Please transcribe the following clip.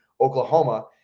Oklahoma